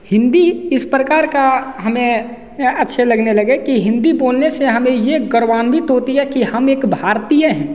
हिंदी इस प्रकार का हमें अच्छे लगने लगे कि हिंदी बोलने से हमें ये गौरवान्वित होती है कि हम एक भारतीय हैं